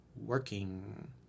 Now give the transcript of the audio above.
working